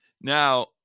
Now